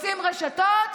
רוצים רשתות?